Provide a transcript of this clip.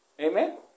Amen